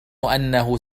أنه